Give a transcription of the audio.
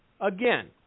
Again